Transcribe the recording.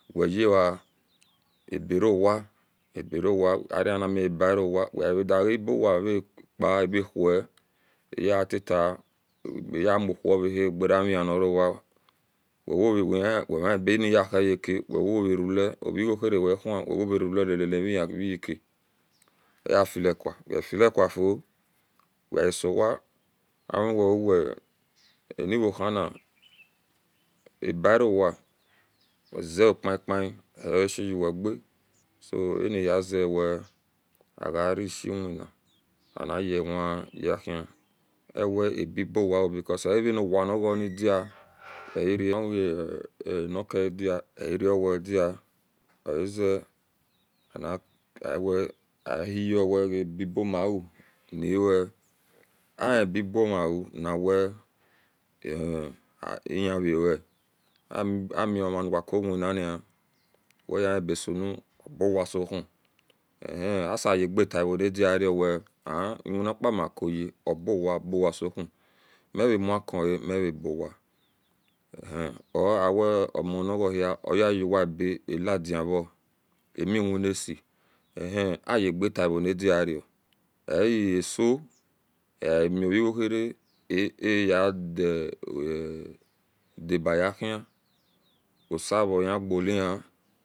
Wegea eberowa eberowa aranimiwe ebarowa wegahiradigebuwa gepa gewoe yetita ayemunuwo oregereya narowa we mani bani yakeyeka wegarerule gregi harauwehu egoverule laliy eveyoka wefilekua wegaifili kufuo egesowa avuweve ani vohana abarowa wezeo kn kn ni aoasheyuwege so anhizewe arishewen aniyewe yehin ewe abebawa because eabaowoa niga dia ehiro owedia oaze ahiyo wega abebamau miwe ahiebebube u nawe ihawe amioreuwa cowinani weyeni ebesu na abawasohu ee aseye gatae ronadina an ewina kia makuye obowa obowa sou mevemukoe mirebowa ehi or awoa omonawehi oyehuwaebe aladivo amiwinasie ih ayege ta vonadiro easo agamiregohere ayedie baye hie osevohie goliyana